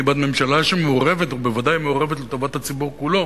אני בעד ממשלה שמעורבת לטובת הציבור כולו